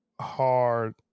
hard